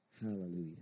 Hallelujah